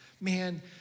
Man